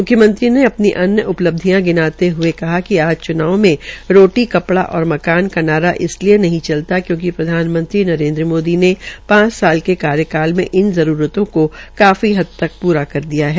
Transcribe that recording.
म्ख्यमंत्री ने अपनी अन्य उपलब्धियों गिनाते हये कहा कि आज च्नाव में रोटी कपड़ा और मकान का नारा इसलिये नहीं चलता क्यूंकि प्रधानमंत्री नरेन्द्र मोदी ने पांच साल के कार्यकाल में इन जरूरतों की काफी हद तक पूर्ति कर दी है